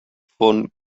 von